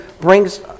brings